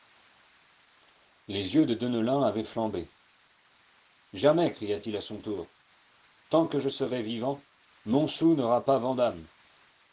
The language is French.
les yeux de deneulin avaient flambé jamais cria-t-il à son tour tant que je serai vivant montsou n'aura pas vandame